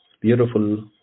beautiful